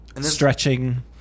stretching